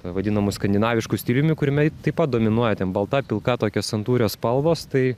vadinamu skandinavišku stiliumi kuriame taip pat dominuoja balta pilka tokios santūrios spalvos tai